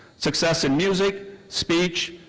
success in music, speech,